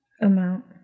amount